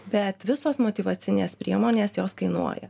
bet visos motyvacinės priemonės jos kainuoja